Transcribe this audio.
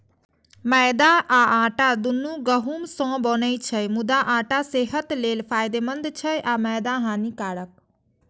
मैदा आ आटा, दुनू गहूम सं बनै छै, मुदा आटा सेहत लेल फायदेमंद छै आ मैदा हानिकारक